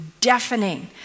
deafening